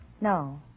No